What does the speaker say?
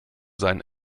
sein